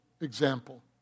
Example